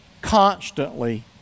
constantly